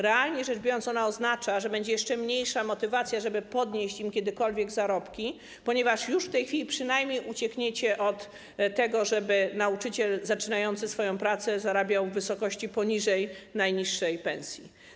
Realnie rzecz biorąc, ona oznacza, że będzie jeszcze mniejsza motywacja do tego, żeby kiedykolwiek podnieść im zarobki, ponieważ już w tej chwili przynajmniej uciekniecie od tego, żeby nauczyciel zaczynający swoją pracę miał zarobki w wysokości poniżej najniższej pensji.